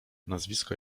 nazwisko